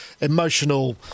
emotional